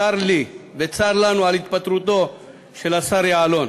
צר לי וצר לנו על התפטרותו של השר יעלון,